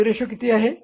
P V ratio किती आहे